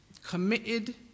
Committed